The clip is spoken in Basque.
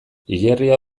hilerria